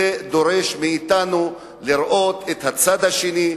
זה דורש מאתנו לראות את הצד השני,